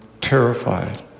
terrified